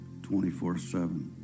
24-7